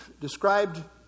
described